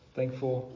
thankful